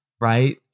right